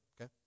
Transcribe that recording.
Okay